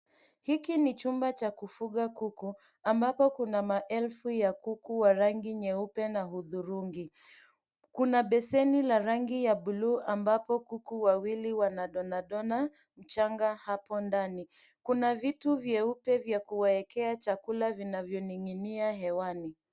Hiki ni chumba cha kufuga kuku ambapo kuna maelfu ya kuku wa rangi nyeupe na hudhurungi. Kuna beseni la rangi ya buluu ambapo kuku wawili wanadona dona mchanga hapo ndani. Kuna vitu vyeupe vya kuwaekea chakula vinavyoning'inia hewani.